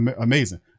Amazing